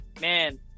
man